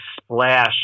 splash